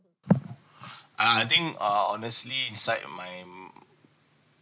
ah I think uh honestly inside my mind